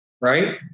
right